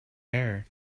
hair